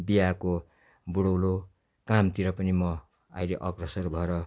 बिहाको बुढौलो कामतिर पनि म अहिले अग्रसर भएर